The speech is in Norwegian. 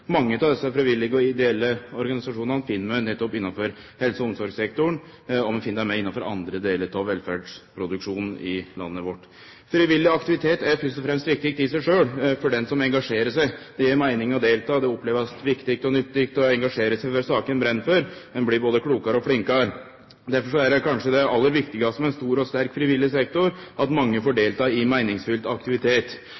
Mange av desse frivillige og ideelle organisasjonane finn vi nettopp innanfor helse- og omsorgssektoren, og vi finn dei òg innanfor andre delar av velferdsproduksjonen i landet vårt. Frivillig aktivitet er først og fremst viktig i seg sjølv for dei som engasjerer seg. Det gjev meining å delta, ein opplever det viktig og nyttig å engasjere seg for saker ein brenn for, ein blir både klokare og flinkare. Derfor er kanskje det aller viktigaste med ein stor og sterk frivillig sektor at mange får